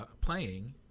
playing